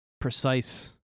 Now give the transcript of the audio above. precise